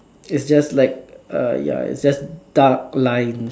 is just like uh ya it's just dark lines